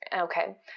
okay